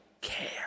care